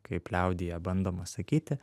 kaip liaudyje bandoma sakyti